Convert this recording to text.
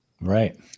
Right